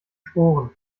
sporen